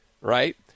right